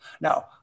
Now